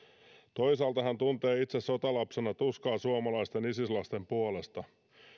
toisaalta hän tuntee itse sotalapsena tuskaa suomalaisten isis lasten puolesta